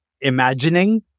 imagining